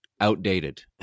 outdated